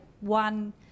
one